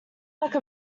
like